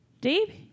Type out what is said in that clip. Dave